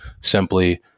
simply